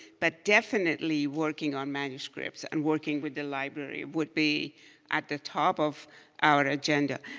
but definitely working on manuscripts and working with the library would be at the top of our agenda.